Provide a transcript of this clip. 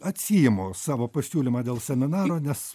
atsiimu savo pasiūlymą dėl seminaro nes